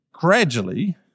gradually